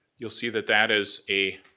you'll see that that is a